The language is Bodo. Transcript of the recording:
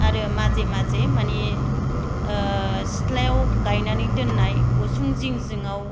आरो माजे माजे माने सिथ्लायाव गायनानै दोननाय उसुं जिं जिङाव